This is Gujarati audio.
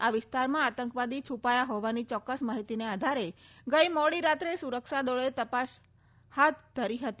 આ વિસ્તારમાં આતંકવાદી છૂપાયા હોવાની ચોક્કસ માહિતીને આધારે ગઈ મોડી રાત્રે સુરક્ષાદળોએ તપાસ શરૂ કરી હતી